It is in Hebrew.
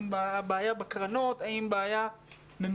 האם הבעיה בקרנות,